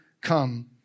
come